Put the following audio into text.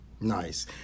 Nice